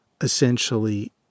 essentially